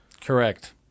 Correct